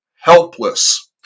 helpless